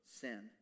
sin